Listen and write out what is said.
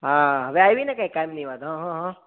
હા હવે આવીને કાઈ કામની વાત હ હ